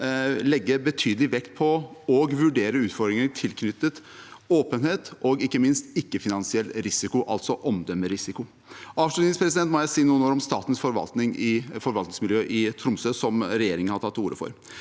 legge betydelig vekt på og vurdere utfordringer knyttet til åpenhet og ikke minst ikke-finansiell risiko, altså omdømmerisiko. Avslutningsvis må jeg si noen ord om statlig forvaltningsmiljø i Tromsø, som regjeringen har tatt til orde for.